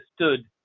understood